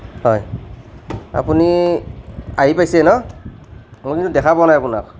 হয় আপুনি আহি পাইছে ন' মই কিন্তু দেখা পোৱা নাই আপোনাক